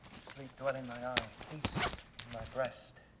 sleep dwell in thine eyes, peace in thy breast!